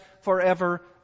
forever